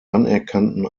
anerkannten